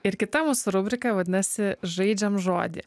ir kita mūsų rubrika vadinasi žaidžiam žodį